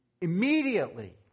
Immediately